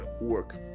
work